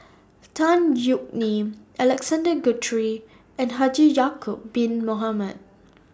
Tan Yeok Nee Alexander Guthrie and Haji Ya'Acob Bin Mohamed